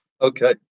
Okay